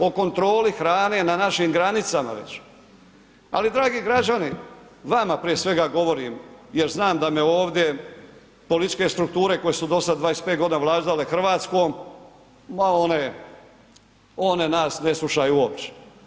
O kontroli hrane na našim granicama već, ali dragi građani, vama prije svega govorim jer znam da me ovdje političke strukture koje su dosad 25 godina vladale Hrvatskom, ma one, one nas ne slušaju uopće.